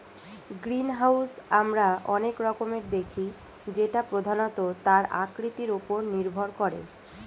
greenhouse আমরা অনেক রকমের দেখি যেটা প্রধানত তার আকৃতির ওপর নির্ভর করে